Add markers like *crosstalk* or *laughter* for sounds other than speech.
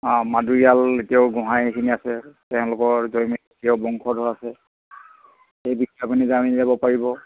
অঁ মাদুৰীয়াল এতিয়াও গোঁহাই সেইখিনি আছে তেওঁলোকৰ জয়মতীয় বংশধৰ আছে সেই *unintelligible* জানি যাব পাৰিব